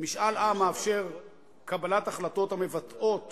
"משאל עם מאפשר קבלת החלטות המבטאות